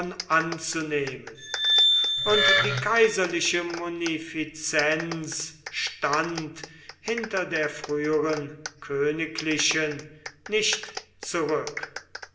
anzunehmen und die kaiserliche munifizenz stand hinter der früheren königlichen nicht zurück